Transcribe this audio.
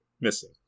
Missing